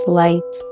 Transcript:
light